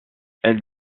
elle